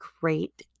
great